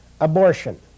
Abortion